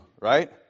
right